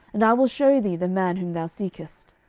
and i will shew thee the man whom thou seekest.